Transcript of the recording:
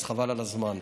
אז חבל על הזמן.